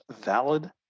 valid